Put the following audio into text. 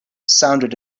sounded